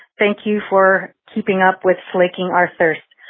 thank you for keeping up with flicking our first.